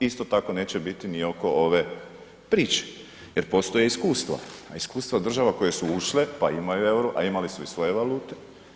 Isto tako neće biti ni oko ove priče jer postoje iskustva a iskustva država koje su ušle pa imaju euro a imali su i svoje valute.